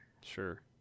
Sure